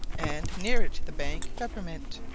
and, nearer to the bank peppermint.